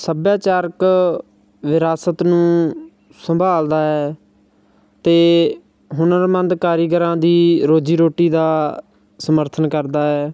ਸੱਭਿਆਚਾਰਕ ਵਿਰਾਸਤ ਨੂੰ ਸੰਭਾਲਦਾ ਹੈ ਅਤੇ ਹੁਨਰਮੰਦ ਕਾਰੀਗਰਾਂ ਦੀ ਰੋਜ਼ੀ ਰੋਟੀ ਦਾ ਸਮਰਥਨ ਕਰਦਾ ਹੈ